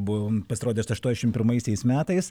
buvo pasirodęs aštuoniasdešimt pirmaisiais metais